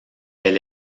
elle